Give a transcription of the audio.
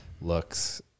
looks